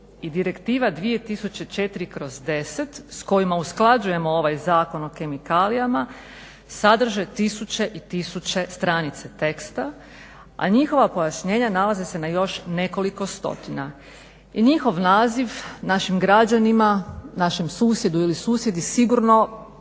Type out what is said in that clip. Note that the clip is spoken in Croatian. i Direktiva 2004/10 s kojima usklađujemo ovaj Zakon o kemikalijama sadrže tisuće i tisuće stranice teksta a njihova pojašnjenja nalaze se na još nekoliko stotina. Njihov naziv našim građanima, našem susjedu ili susjedi sigurno